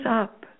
up